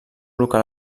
local